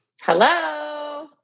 Hello